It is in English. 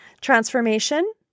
transformation